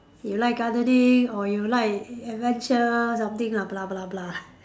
you like gardening or you like adventure something lah blah blah blah